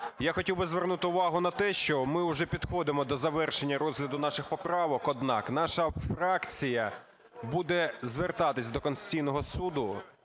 Я хотів би звернути увагу на те, що ми уже підходимо до завершення розгляду наших поправок. Однак наша фракція буде звертатись до Конституційного Суду